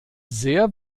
sehr